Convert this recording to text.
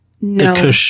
No